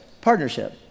Partnership